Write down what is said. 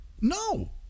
No